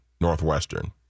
Northwestern